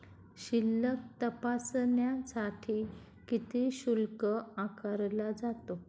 शिल्लक तपासण्यासाठी किती शुल्क आकारला जातो?